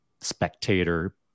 spectator